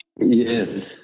yes